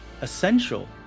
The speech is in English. essential